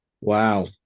Wow